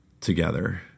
together